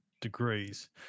degrees